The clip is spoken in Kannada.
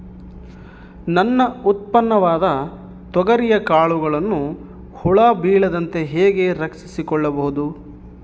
ನನ್ನ ಉತ್ಪನ್ನವಾದ ತೊಗರಿಯ ಕಾಳುಗಳನ್ನು ಹುಳ ಬೇಳದಂತೆ ಹೇಗೆ ರಕ್ಷಿಸಿಕೊಳ್ಳಬಹುದು?